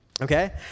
Okay